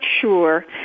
sure